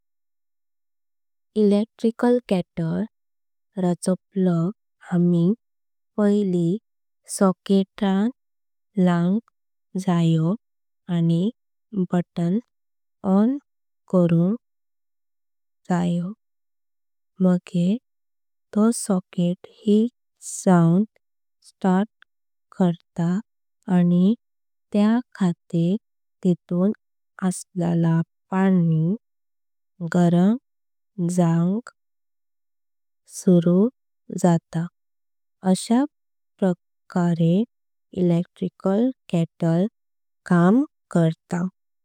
इलेक्ट्रिकल केतली राचो प्लग आमी पयली सॉकेट लायलो। आनी बटण ऑन केलॊ की मर तॊ सॉकेट हीट जाऊंक। स्टार्ट कर्ता आनी त्या खातर तेतून असलला पाणी गरम। जावपाक सुरु जातं अश्या प्रकारे इलेक्ट्रिकल केतली काम कर्ता।